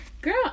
Girl